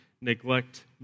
neglect